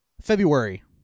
February